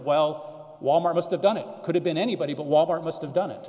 well wal mart must have done it could have been anybody but wal mart must have done it